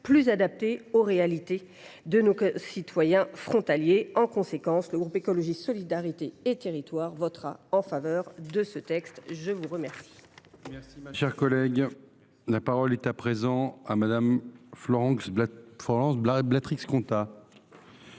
plus adaptée aux réalités de nos citoyens frontaliers. En conséquence, le groupe Écologiste – Solidarité et Territoires votera en faveur de ce texte. La parole